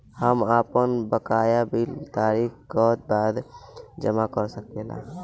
हम आपन बकाया बिल तारीख क बाद जमा कर सकेला?